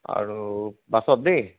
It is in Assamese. আৰু বাছত দেই